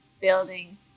building